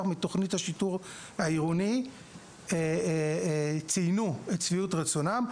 מתוכנית השיטור העירוני ציינו את שביעות רצונם,